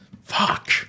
Fuck